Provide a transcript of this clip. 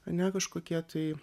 ane kažkokie tai